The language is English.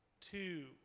two